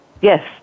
Yes